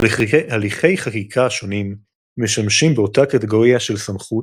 הליכי חקיקה שונים משמשים באותה קטגוריה של סמכות,